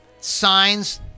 signs